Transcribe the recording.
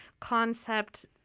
concept